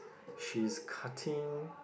she's cutting